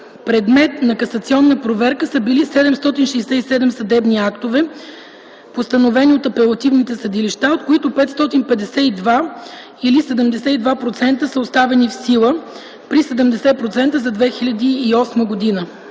предмет на касационна проверка са били 767 съдебни акта, постановени от апелативните съдилища, от които 552 или 72% са оставени в сила (при 70% за 2008 г.),